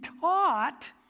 taught